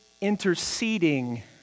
interceding